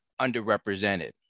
underrepresented